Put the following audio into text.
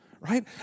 Right